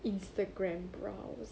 instagram brows